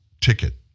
ticket